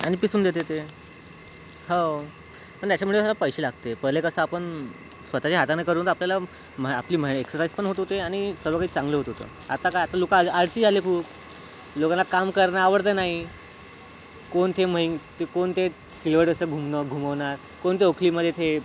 आणि पिसून देते ते हाव पण याच्यामुळं साला पैसे लागते पहिले कसं आपण स्वत च्या हातानं करून तर आपल्याला मह आपली महे एक्ससाईजपण होत होते आणि सर्व काही चांगलं होत होतं आता काय आता लोक आल आळशी आले खूप लोकांना काम करणं आवडतं नाही कोण ते म्हैन ते कोण ते सिलवड असं घुमणं घुमवणार कोण ते उखळीमधे ते